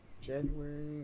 January